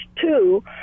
two